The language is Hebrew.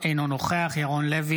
אינו נוכח ירון לוי,